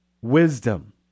wisdom